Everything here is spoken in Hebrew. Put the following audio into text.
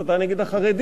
הסתה נגד החרדים,